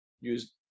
use